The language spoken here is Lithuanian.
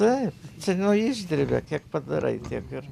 taip čia nuo išdirbio kiek padarai tiek ir